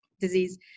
disease